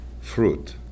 fruit